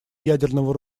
ядерного